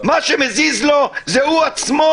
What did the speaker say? מה שמזיז לו זה הוא עצמו,